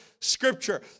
scripture